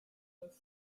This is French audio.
neuf